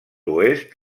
oest